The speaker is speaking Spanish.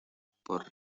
por